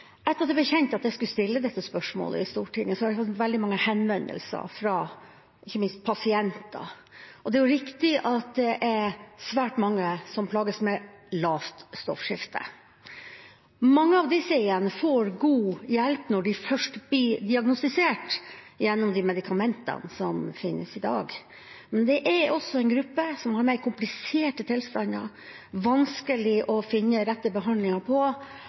Etter at det ble kjent at jeg skulle stille dette spørsmålet i Stortinget, har jeg fått veldig mange henvendelser fra ikke minst pasienter. Det er riktig at det er svært mange som plages med lavt stoffskifte. Mange av disse igjen får god hjelp når de først blir diagnostisert, gjennom de medikamentene som finnes i dag. Men det er også en gruppe som har mer kompliserte tilstander som det er vanskelig å finne den rette